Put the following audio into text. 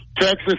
Texas